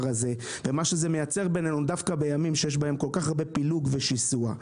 הזה ומה שזה מייצר בינינו דווקא בימים שיש בהם כל כך הרבה פילוג ושיסוע.